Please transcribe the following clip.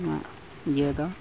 ᱤᱭᱟᱹ ᱫᱚ